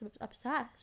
obsessed